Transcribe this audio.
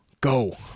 go